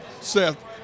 Seth